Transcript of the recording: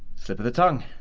slip of the tongue.